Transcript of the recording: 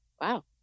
Wow